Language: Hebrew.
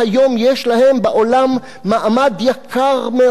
היום יש להם בעולם מעמד יקר מאוד,